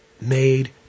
made